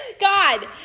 God